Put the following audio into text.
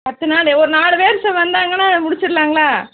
பத்து நாள் ஒரு நாலு பேர் வந்தாங்கனால் முடிச்சிடுலாங்களா